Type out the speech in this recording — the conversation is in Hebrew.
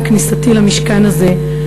עם כניסתי למשכן הזה,